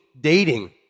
dating